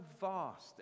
vast